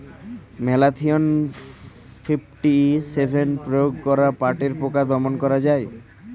Malathion fifty seven প্রয়োগ করে পাটের পোকা দমন করা যায়?